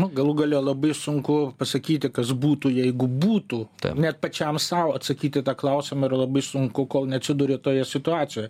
nu galų gale labai sunku pasakyti kas būtų jeigu būtų net pačiam sau atsakyt į tą klausimą yra labai sunku kol neatsiduri toje situacijoje